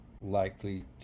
likely